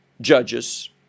judges